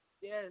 yes